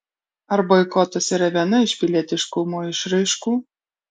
ar boikotas yra viena iš pilietiškumo išraiškų